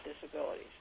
disabilities